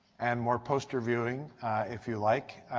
and more poster viewing if you like.